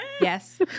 yes